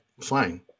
fine